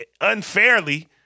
unfairly